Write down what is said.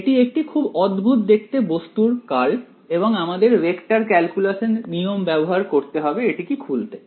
এটি একটি খুব অদ্ভুত দেখতে বস্তুর কার্ল এবং আমাদের ভেক্টর ক্যালকুলাসের নিয়ম ব্যবহার করতে হবে এটিকে খুলতে